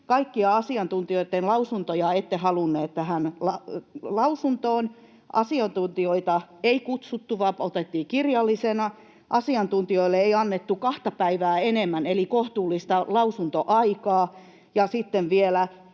Kaikkia asiantuntijoitten lausuntoja ette halunneet tähän lausuntoon, asiantuntijoita ei kutsuttu vaan otettiin kirjallisena, asiantuntijoille ei annettu kahta päivää enempää eli kohtuullista lausuntoaikaa,